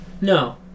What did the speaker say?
No